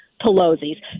Pelosi's